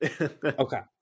Okay